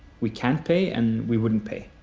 we can't pay and we wouldn't pay.